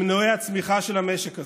במנועי הצמיחה של המשק הזה.